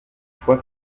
fois